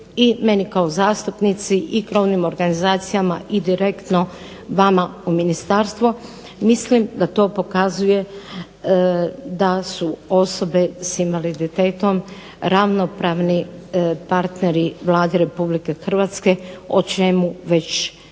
i meni kao zastupnici i krovnim organizacijama i direktno vama u ministarstvo. Mislim da to pokazuje da su osobe s invaliditetom ravnopravni partneri Vladi Republike Hrvatske, o čemu već dugo